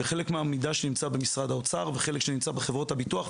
חלק מהמידע שנמצא במשרד האוצר וחלק שנמצא בחברות הביטוח,